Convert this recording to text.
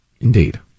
Indeed